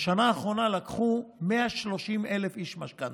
בשנה אחרונה לקחו 130,000 איש משכנתה.